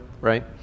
right